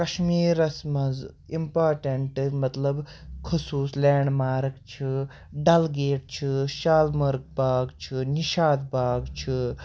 کَشمیٖرَس منٛز اِمپاٹَنٛٹہٕ مطلب خوٚصوٗص لینٛڈ مارٕک چھِ ڈَل گیٹ چھُ شالمٲر باغ چھُ نِشاط باغ چھُ